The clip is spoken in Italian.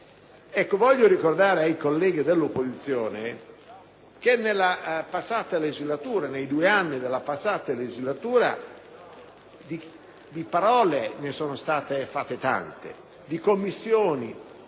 Voglio ricordare ai colleghi dell'opposizione che nei due anni della precedente legislatura di parole ne sono state fatte tante, di commissioni